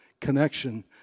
connection